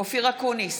אופיר אקוניס,